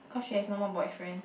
cause she has no more boyfriend